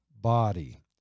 body